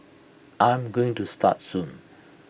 I'm going to start soon